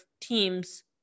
teams